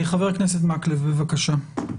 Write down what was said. חבר הכנסת מקלב, בבקשה.